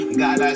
god